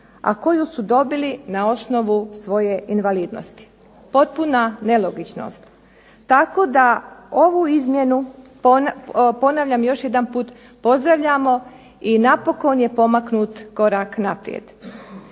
a koju su dobili na osnovu svoje invalidnosti. Potpuna nelogičnost. Tako da ovu izmjenu, ponavljam još jedanput, pozdravljamo i napokon je pomaknut korak naprijed.